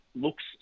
looks